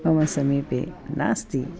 मम समीपे नास्ति